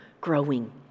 growing